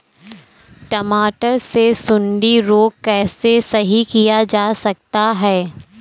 टमाटर से सुंडी रोग को कैसे सही किया जा सकता है?